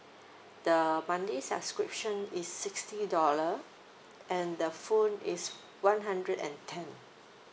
the monthly subscription is sixty dollar and the phone is one hundred and ten